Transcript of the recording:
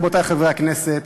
רבותי חברי הכנסת,